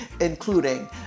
including